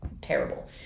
terrible